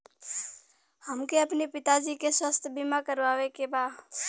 हमके अपने पिता जी के स्वास्थ्य बीमा करवावे के बा?